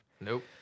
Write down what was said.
Nope